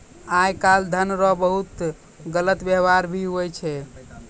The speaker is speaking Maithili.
आय काल धन रो बहुते गलत वेवहार भी हुवै छै